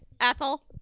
Ethel